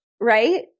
Right